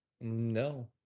No